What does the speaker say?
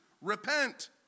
Repent